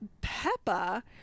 peppa